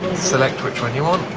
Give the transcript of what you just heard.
select which one you want,